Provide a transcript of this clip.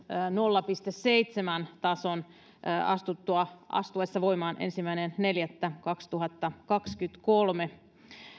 nolla pilkku seitsemän tason astuessa astuessa voimaan ensimmäinen neljättä kaksituhattakaksikymmentäkolme